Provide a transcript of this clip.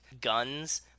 guns